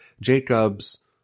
Jacob's